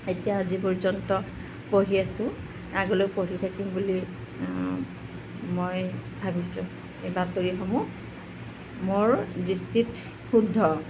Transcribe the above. এতিয়া আজি পৰ্যন্ত পঢ়ি আছোঁ আগলৈ পঢ়ি থাকিম বুলি মই ভাৱিছোঁ এই বাতৰিসমূহ মোৰ দৃষ্টিত শুদ্ধ